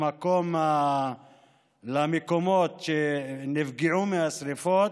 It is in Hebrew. למקומות שנפגעו מהשרפות,